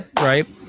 Right